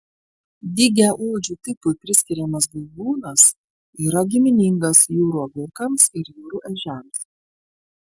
dygiaodžių tipui priskiriamas gyvūnas yra giminingas jūrų agurkams ir jūrų ežiams